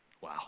wow